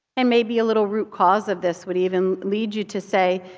and maybe a little root cause of this would even lead you to say,